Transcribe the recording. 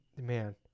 man